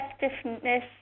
effectiveness